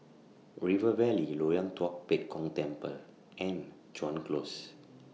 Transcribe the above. River Valley Loyang Tua Pek Kong Temple and Chuan Close